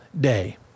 day